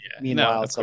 Meanwhile